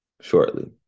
shortly